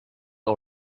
all